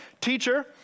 Teacher